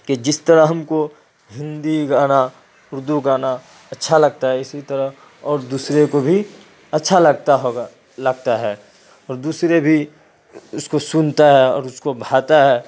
کہ جس طرح ہم کو ہندی گانا اردو گانا اچھا لگتا ہے اسی طرح اور دوسرے کو بھی اچھا لگتا ہوگا لگتا ہے اور دوسرے بھی اس کو سنتا ہے اور اس کو بھاتا ہے